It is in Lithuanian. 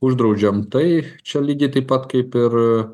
uždraudžiam tai čia lygiai taip pat kaip ir